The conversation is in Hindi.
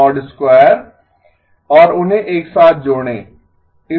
2 और उन्हें एक साथ जोड़ें